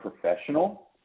professional